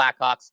Blackhawks